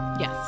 yes